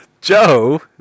Joe